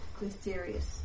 mysterious